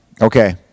Okay